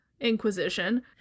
inquisition